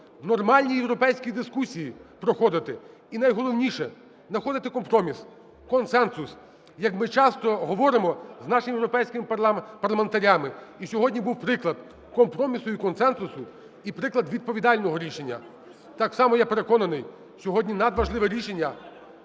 в нормальній європейській дискусії проходити і найголовніше – находити компроміс, консенсус, як ми часто говоримо з нашим європейськими парламентарями. І сьогодні був приклад компромісу і консенсусу, і приклад відповідального рішення. Так само я переконаний, сьогодні надважливе рішення,